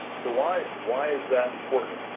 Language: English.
so why why is that important?